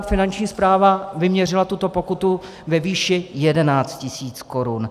Finanční správa vyměřila pokutu ve výši 11 tisíc korun.